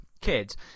kids